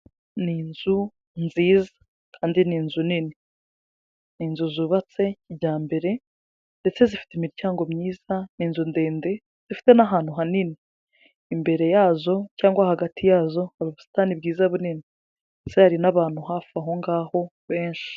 Ni inzu nziza kandi ni inzu nini, inzu zubatse kijyambere ndetse zifite imiryango myiza, ni inzu ndende zifite n'ahantu hanini, imbere yazo cyangwa hagati yazo hari ubusitani bwiza bunini ndetse hari n'abantu hafi aho ngaho benshi.